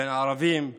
בין ערבים ליהודים,